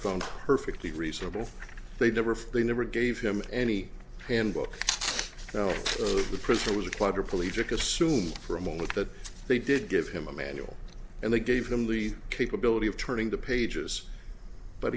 found perfectly reasonable they'd never if they never gave him any handbook the prisoner was a quadriplegic assume for a moment that they did give him a manual and they gave him the capability of turning the pages but